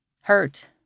hurt